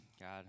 God